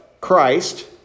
Christ